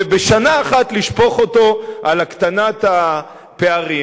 ובשנה אחת לשפוך אותו על הקטנת הפערים.